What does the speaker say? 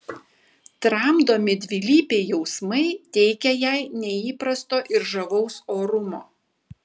tramdomi dvilypiai jausmai teikia jai neįprasto ir žavaus orumo